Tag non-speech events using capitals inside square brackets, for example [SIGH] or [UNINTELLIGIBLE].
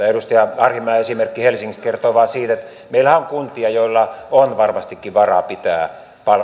[UNINTELLIGIBLE] edustaja arhinmäen esimerkki helsingistä kertoo vain siitä että meillähän on kuntia joilla on varmastikin varaa pitää palvelut